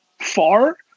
far